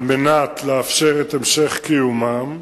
על מנת לאפשר את המשך קיומם.